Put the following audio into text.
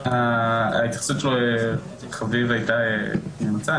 ההתייחסות של חביב הייתה ממצה.